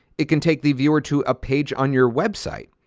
it can take the viewer to a page on your website.